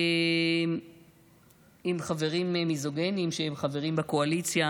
עם חברים מיזוגנים שהם חברים בקואליציה,